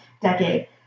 decade